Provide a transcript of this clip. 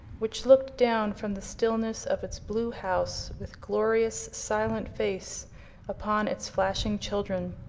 which looked down from the stillness of its blue house with glorious silent face upon its flashing children.